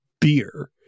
beer